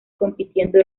compitiendo